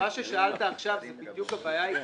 מה ששאלת עכשיו זו בדיוק הבעיה העיקרית,